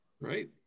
right